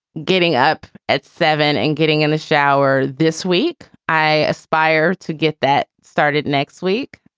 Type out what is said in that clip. getting up at seven and getting in the shower this week, i aspire to get that started next week,